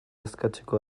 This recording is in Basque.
eskatzeko